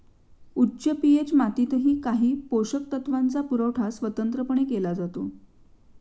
उच्च पी.एच मातीतही काही पोषक तत्वांचा पुरवठा स्वतंत्रपणे केला जातो